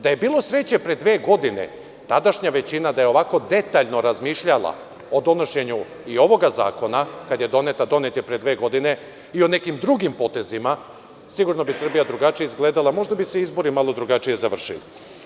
Da je bilo sreće pre dve godine, tadašnja većina da je ovako detaljno razmišljala o donošenju i ovoga zakona kada je donet, a donet je pre dve godine, i o nekim drugim potezima, sigurno bi Srbija drugačije izgledala, možda bi se izbori malo drugačije završili.